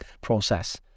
process